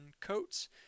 coats